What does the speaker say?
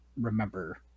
remember